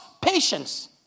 patience